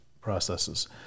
processes